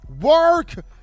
work